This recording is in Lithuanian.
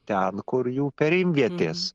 ten kur jų perimvietės